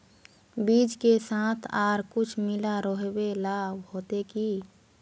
बीज के साथ आर कुछ मिला रोहबे ला होते की?